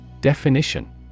Definition